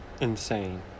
insane